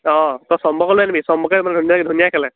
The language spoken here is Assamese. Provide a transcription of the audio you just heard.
অঁ তই চম্পকক লৈ আহিবি নেকি চম্পকে ধুনীয়া ধুনীয়া খেলে